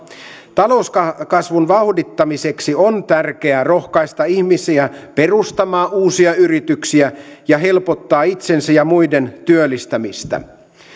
talouskasvun vauhdittamiseksi on tärkeää rohkaista ihmisiä perustamaan uusia yrityksiä ja helpottaa itsensä ja muiden työllistämistä